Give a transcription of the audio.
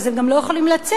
אז הם גם לא יכולים לצאת,